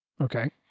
Okay